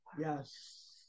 Yes